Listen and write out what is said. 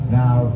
now